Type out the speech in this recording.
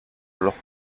los